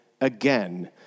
again